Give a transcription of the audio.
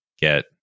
get